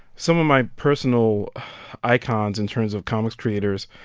some of my personal icons, in terms of comics creators,